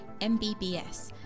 MBBS